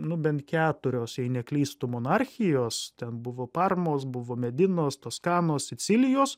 nu bent keturios jei neklystu monarchijos ten buvo parmos buvo medinos toskanos sicilijos